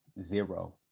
Zero